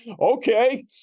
okay